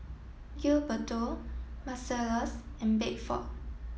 Gilberto Marcellus and Bedford